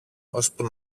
ώσπου